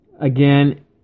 again